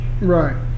Right